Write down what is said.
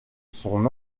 son